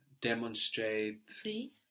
demonstrate